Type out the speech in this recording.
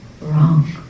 Wrong